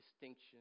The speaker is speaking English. distinction